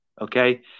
okay